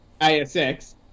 ASX